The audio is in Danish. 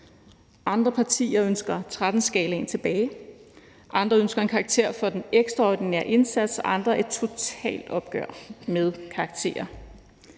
Andre partier ønsker 13-skalaen tilbage, andre ønsker en karakter for den ekstraordinære indsats, og andre ønsker et totalt opgør med karakterer.